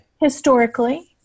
historically-